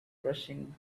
rushing